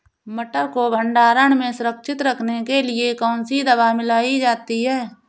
मटर को भंडारण में सुरक्षित रखने के लिए कौन सी दवा मिलाई जाती है?